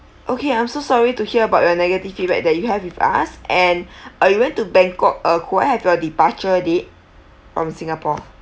okay I'm so sorry to hear about the negative feedback that you have with us and uh you went to bangkok uh could I have your departure date from singapore